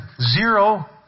zero